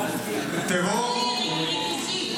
חבריי חברי הכנסת,